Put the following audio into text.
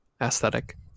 aesthetic